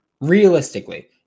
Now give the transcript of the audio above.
realistically